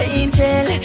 angel